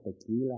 tequila